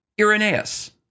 Irenaeus